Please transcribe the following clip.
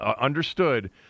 Understood